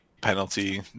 penalty